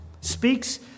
Speaks